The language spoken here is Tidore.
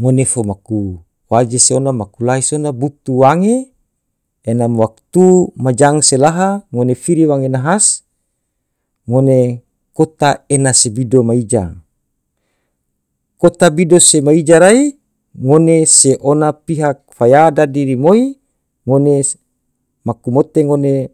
ngone fo maku waje se ona makulai sona butu wange enam waktu majang selaha ngone fidi wange nahas ngone kota ena sibido ma ija, kota bido sema ija rai ngone se ona pihak faya dadi rimoi ngone maku mote ngone